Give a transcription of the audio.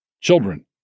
children